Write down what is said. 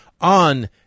on